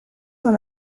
dans